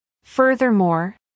Furthermore